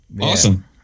Awesome